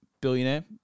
billionaire